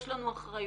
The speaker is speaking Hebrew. יש לנו אחריות.